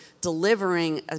delivering